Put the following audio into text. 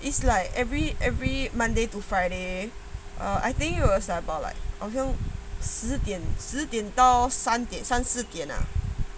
is like every every monday to friday or I think err I think it was about like 十点十点到三点三四点 ah